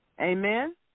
Amen